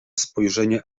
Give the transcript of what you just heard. spojrzenie